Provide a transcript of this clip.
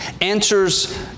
answers